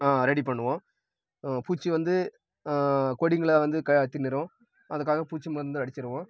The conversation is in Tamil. ரெடி பண்ணுவோம் பூச்சி வந்து கொடிங்களை வந்து க தின்னுடும் அதுக்காக பூச்சி மருந்து அடிச்சிடுவோம்